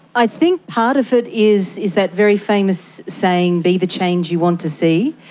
i think part of it is is that very famous saying be the change you want to see.